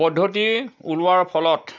পদ্ধতি ওলোৱাৰ ফলত